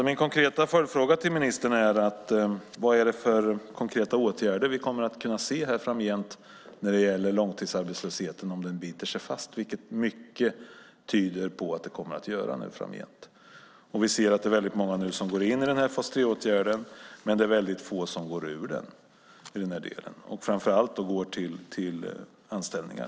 Min följdfråga till ministern är: Vad är det för konkreta åtgärder vi kommer att kunna se här framgent om långarbetslösheten biter sig fast, vilket mycket tyder på? Vi ser att många går in i fas 3-åtgärden, men det är väldigt få som går ut ur den till anställningar.